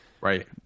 Right